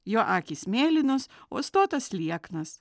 jo akys mėlynos o stotas lieknas